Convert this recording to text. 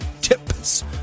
TIPS